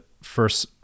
first